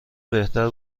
بهتر